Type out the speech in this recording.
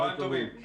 אני